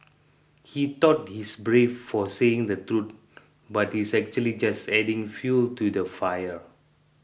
he thought he's brave for saying the truth but he's actually just adding fuel to the fire